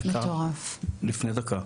לפני דקה.